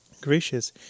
Gracious